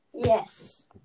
Yes